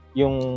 yung